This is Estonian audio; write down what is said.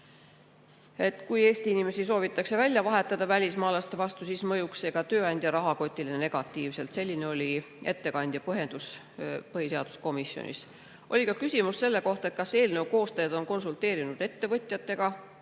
Kui Eesti inimesi soovitakse välja vahetada välismaalaste vastu, siis mõjuks see ka tööandja rahakotile negatiivselt. Selline oli ettekandja põhjendus põhiseaduskomisjonis. Oli ka küsimus selle kohta, kas eelnõu koostajad on konsulteerinud ettevõtjatega.